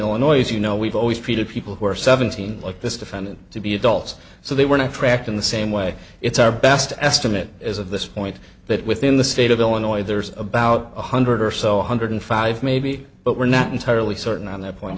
illinois you know we've always treated people who are seventeen like this defendant to be adults so they were not tracked in the same way it's our best estimate as of this point that within the state of illinois there's about one hundred or so hundred five maybe but we're not entirely certain on that point